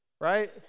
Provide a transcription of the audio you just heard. right